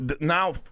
now